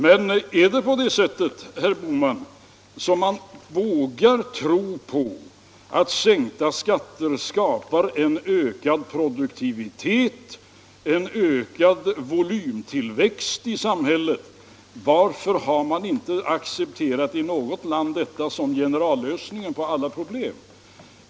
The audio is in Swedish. Men är det på det sättet, herr Bohman, att man vågar tro på att sänkta skatter skapar en ökad produktivitet, en ökad volymtillväxt i samhället, varför har man inte i något land accepterat detta som generallösningen på alla problem?